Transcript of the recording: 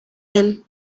him